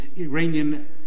Iranian